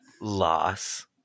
Loss